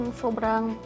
sobrang